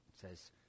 says